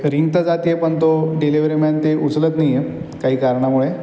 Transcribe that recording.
ए ring तर जाते आहे पण तो डिलेवरी मॅन तो उचलत नाही आहे काही कारणामुळे